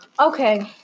Okay